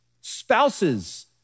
spouses